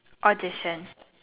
audition